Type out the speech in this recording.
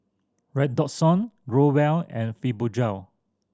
Redoxon Growell and Fibogel